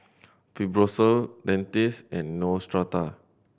Fibrosol Dentiste and Neostrata